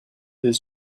his